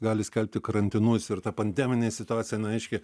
gali skelbti karantinus ir ta pandeminė situacija neaiški